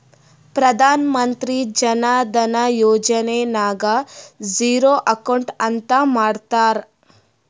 ಪ್ರಧಾನ್ ಮಂತ್ರಿ ಜನ ಧನ ಯೋಜನೆ ನಾಗ್ zero account ಅಂತ ಮಾಡ್ತಾರ